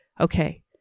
Okay